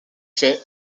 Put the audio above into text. fait